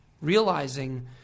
realizing